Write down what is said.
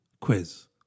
quiz